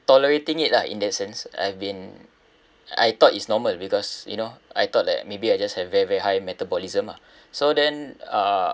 tolerating it lah in that sense I've been I thought is normal because you know I thought that maybe I just have very very high metabolism lah so then uh